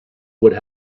would